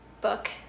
book